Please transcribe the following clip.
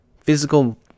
physical